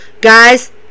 Guys